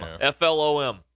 F-L-O-M